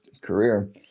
career